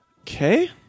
okay